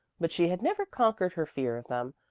but she had never conquered her fear of them,